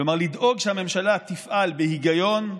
כלומר לדאוג שהממשלה תפעל בהיגיון,